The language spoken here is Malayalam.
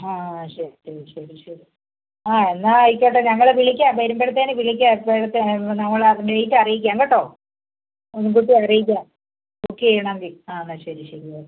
ആ ആ ആ ശരി ശരി ശരി ശരി ആ എന്നാൽ ആയിക്കോട്ടെ ഞങ്ങൾ വിളിക്കാം വരുമ്പഴത്തേക്ക് വിളിക്കാം എപ്പോഴേക്കാണ് നമ്മൾ അത് ഡേറ്റ് അറിയിക്കാം കേട്ടോ മുൻ കൂട്ടി അറിയിക്കാം ബുക്ക് ചെയ്യണമെങ്കിൽ ആ എന്നാൽ ശരി ശരി ഓക്കെ